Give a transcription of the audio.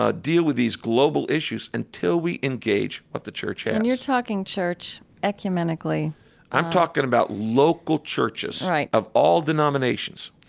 ah deal with these global issues until we engage what the church has and you're talking church ecumenically i'm talking about local churches, right, of all denominations.